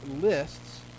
lists